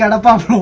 and above